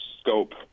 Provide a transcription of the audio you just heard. scope